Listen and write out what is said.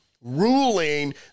ruling